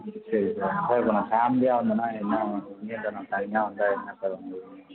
சரி sir sir நான் ஃபேம்லியாக வந்தேன்னா என்ன சார் நான் தனியாக வந்தால் என்ன சார் உங்கள்